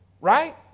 Right